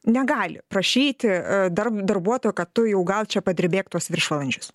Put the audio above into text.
negali prašyti darb darbuotojo kad tu jau gal čia padirbėk tuos viršvalandžius